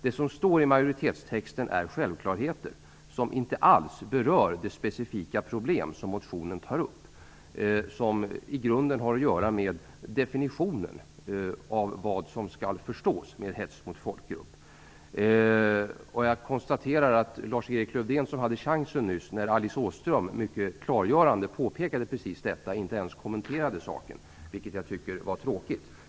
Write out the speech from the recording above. Det som står i majoritetstexten är självklarheter som inte alls berör de specifika problem som motionen tar upp, och som i grunden har att göra med definitionen av vad som skall förstås med hets mot folkgrupp. Jag konstaterar att Lars-Erik Lövdén, som hade chansen nyss när Alice Åström mycket klargörande påpekade precis detta, inte ens kommenterade saken. Det tycker jag var tråkigt.